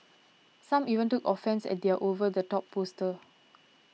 some even took offence at their over the top poster